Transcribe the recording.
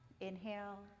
Inhale